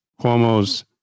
Cuomo's